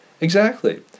Exactly